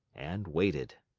and waited.